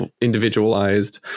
individualized